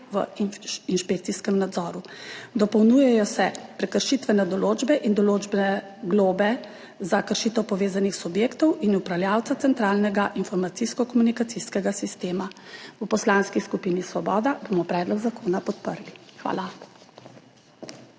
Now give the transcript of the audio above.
v inšpekcijskem nadzoru, dopolnjujejo se prekršitvene določbe in določbe globe za kršitev povezanih subjektov in upravljavca centralnega informacijsko-komunikacijskega sistema. V Poslanski skupini Svoboda bomo predlog zakona podprli. Hvala.